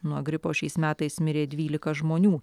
nuo gripo šiais metais mirė dvylika žmonių